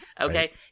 Okay